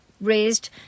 raised